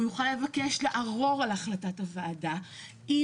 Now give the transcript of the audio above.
הוא יוכל לבקש לערור על החלטת הוועדה אם